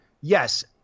yes